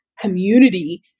community